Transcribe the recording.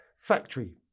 factory